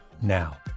now